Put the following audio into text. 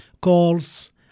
calls